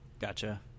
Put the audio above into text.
Gotcha